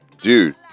dude